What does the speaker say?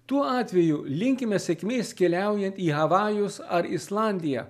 tuo atveju linkime sėkmės keliaujant į havajus ar islandiją